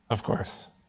of course.